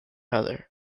other